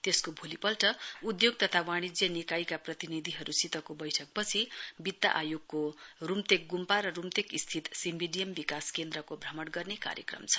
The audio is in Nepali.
त्सयको भोलिपल्ट उधोग तथा वाणिज्य निकायका प्रतिनिधिहरूको बैठकपछि वित्त आयोगको रूम्तेक ग्म्पा र रूम्तेक स्थित सिम्वडियम विकास केन्द्रको भ्रमण गर्ने कार्यक्रम छ